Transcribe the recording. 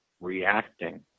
reacting